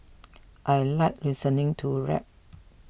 I like listening to rap